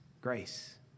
Grace